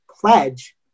pledge